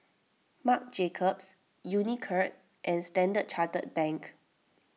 Marc Jacobs Unicurd and Standard Chartered Bank